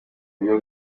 buryo